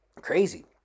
Crazy